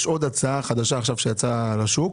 יש עוד הצעה שיצאה לשוק